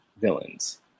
villains